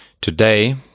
Today